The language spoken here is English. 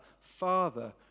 Father